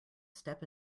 step